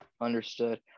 Understood